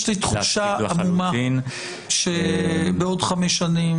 יש לי תחושה עמומה שבעוד חמש שנים